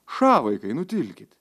ša vaikai nutilkit